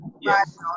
Yes